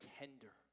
tender